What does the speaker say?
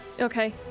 Okay